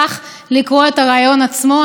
סליחה, אני לא אמרתי את הדברים, אה, את לא אמרת ?